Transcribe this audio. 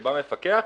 כשבא מפקח,